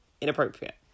inappropriate